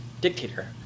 dictator